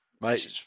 Mate